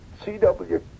CW